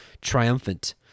triumphant